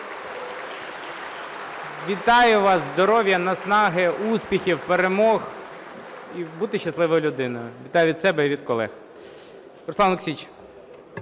Вітаю вас! Здоров'я, наснаги, успіхів, перемог і бути щасливою людиною! Вітаю від себе і від колег. Руслан Олексійович.